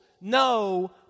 no